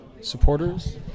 supporters